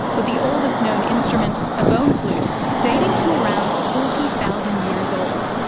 with the oldest known instrument a bone flute dating to around forty thousand years old.